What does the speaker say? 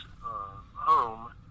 home